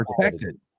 protected